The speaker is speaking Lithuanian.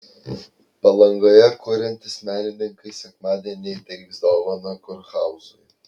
palangoje kuriantys menininkai sekmadienį įteiks dovaną kurhauzui